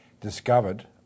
discovered